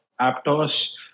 Aptos